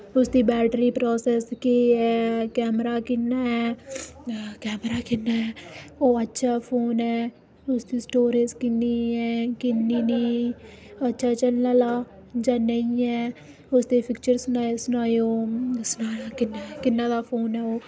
उसदी battery process केह् ऐ कैमरा किन्ना ऐ कैमरा किन्ना ऐ ओह् अच्छा फोन ऐ उसदी स्टोरेज किन्नी ऐ किन्नी निं ओह् अच्छा चलना आह्ला जां नेईं ऐ उसदे उसदे फीचर सनाओ किन्ना किन्ने दा फोन ऐ ओह्